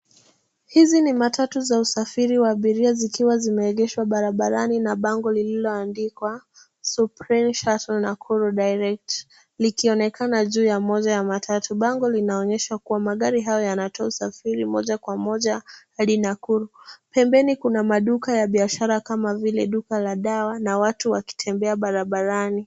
Hizi ni matatu za usafiri wa abiria zikiwa zimeegeshwa barabarani na bango lililoandikwa cs[Supreme Shuttle Nakuru Direct]cs likionekana juu ya moja ya matatu. Bango linaonyesha kuwa magari hayo yanatoa usafiri moja kwa moja hadi Nakuru. Pembeni kuna maduka ya biashara kama vile duka la dawa na watu wakitembea barabarani.